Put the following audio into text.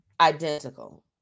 identical